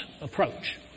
approach